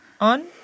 on